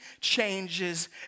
changes